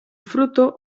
fruto